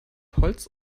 holz